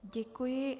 Děkuji.